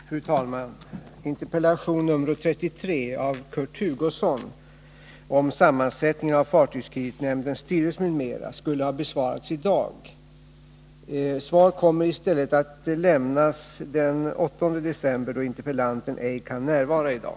Fru talman! Interpellation nr 33 av Kurt Hugosson om sammansättningen av fartygskreditnämndens styrelse, m.m. skulle ha besvarats i dag. Svar kommer i stället att lämnas den 8 december, eftersom interpellanten ej kan närvara i dag.